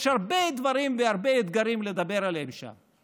יש הרבה דברים והרבה אתגרים לדבר עליהם שם: